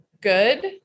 good